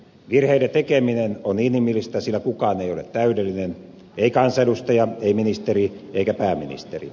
virheiden tekeminen on inhimillistä sillä kukaan ei ole täydellinen ei kansanedustaja ei ministeri eikä pääministeri